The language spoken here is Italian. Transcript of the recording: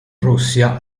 russia